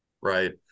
right